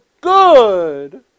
good